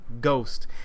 ghost